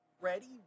ready